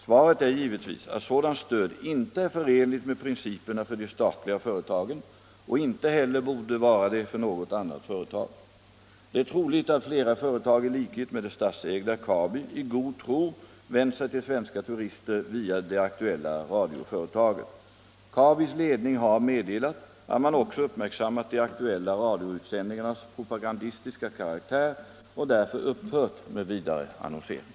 Svaret är givetvis att sådant stöd inte är förenligt med principerna för de statliga företagen och inte heller borde vara det för något annat företag. Det är troligt att flera företag i likhet med det statsägda Kabi i god tro vänt sig till svenska turister via det aktuella radioföretaget. Kabis ledning har meddelat att man också uppmärksammat de aktuella radioutsändningarnas propagandistiska karaktär och därför upphört med vidare annonsering.